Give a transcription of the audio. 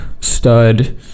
stud